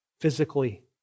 physically